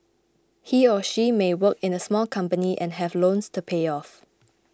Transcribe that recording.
he or she may work in a small company and have loans to pay off